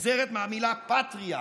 נגזרת מהמילה patria,